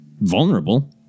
vulnerable